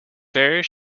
there